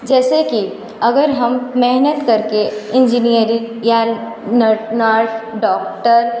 जैसे कि अगर हम मेहनत कर के इंजिनियरिंग या ना ना डोक्टर